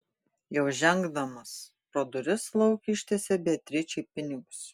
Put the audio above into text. jau žengdamas pro duris lauk ištiesė beatričei pinigus